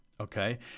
okay